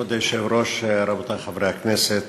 כבוד היושב-ראש, רבותי חברי הכנסת,